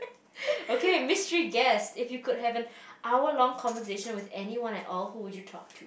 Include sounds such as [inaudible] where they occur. [laughs] okay mystery guess if you could have an hour long conversation with anyone at all who would you talk to